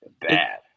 bad